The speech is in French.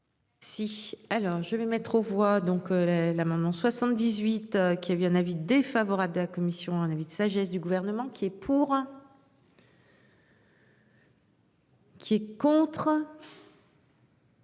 Si, alors je vais mettre aux voix, donc la maman 78 qui a eu un avis défavorable de la commission. Un avis de sagesse du gouvernement qui est pour. Qui est contre.